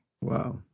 Wow